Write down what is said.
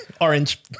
Orange